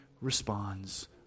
responds